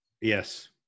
Yes